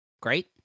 Great